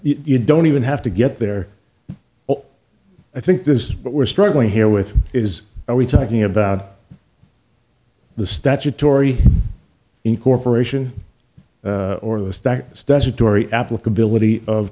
you don't even have to get there i think this is what we're struggling here with is are we talking about the statutory incorporation or the